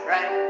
Right